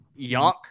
Yonk